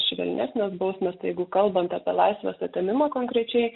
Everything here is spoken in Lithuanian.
švelnesnės bausmės jeigu kalbant apie laisvės atėmimą konkrečiai